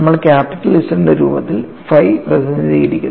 നമ്മൾ capital z ൻറെ രൂപത്തിൽ phi പ്രതിനിധീകരിക്കുന്നു